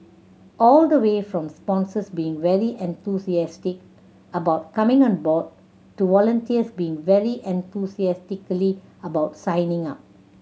all the way from sponsors being very enthusiastic about coming on board to volunteers being very enthusiastically about signing up